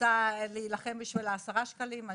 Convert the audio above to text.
רוצה להילחם בשביל עשרה שקלים,